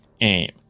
aim